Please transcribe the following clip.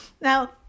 Now